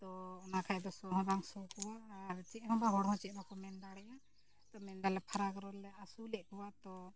ᱛᱚ ᱚᱱᱟ ᱠᱷᱟᱱ ᱫᱚ ᱥᱚ ᱦᱚᱸ ᱵᱟᱝ ᱥᱚ ᱠᱚᱣᱟ ᱟᱨ ᱪᱮᱫ ᱦᱚᱸ ᱵᱟ ᱦᱚᱲ ᱦᱚᱸ ᱪᱮᱫ ᱦᱚᱸ ᱵᱟᱠᱚ ᱢᱮᱱ ᱫᱟᱲᱮᱭᱟᱜᱼᱟ ᱛᱚ ᱢᱮᱱ ᱫᱟᱲᱮ ᱯᱷᱟᱨᱟᱠ ᱨᱮᱞᱮ ᱟᱹᱥᱩᱞᱮᱫ ᱠᱚᱣᱟ ᱛᱚ